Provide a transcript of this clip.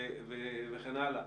וכן האלה.